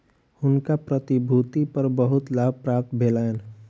हुनका प्रतिभूति पर बहुत लाभ प्राप्त भेलैन